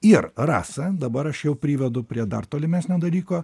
ir rasa dabar aš jau privedu prie dar tolimesnio dalyko